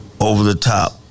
over-the-top